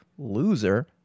loser